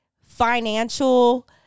financial